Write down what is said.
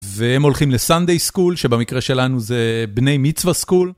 והם הולכים לסנדי סקול, שבמקרה שלנו זה בני מצווה סקול.